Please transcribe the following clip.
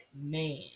man